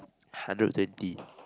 hundred twenty